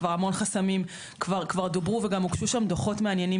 כבר המון חסמים כבר דוברו וגם הוגשו שם דוחות מעניינים